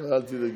אל תדאגי.